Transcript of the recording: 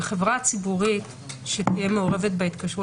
בחברה הציבורית שתהיה מעורבת בהתקשרות